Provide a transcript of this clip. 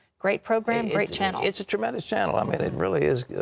great program, great channel. it's a tremendous channel. i mean it really is.